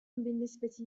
بالنسبة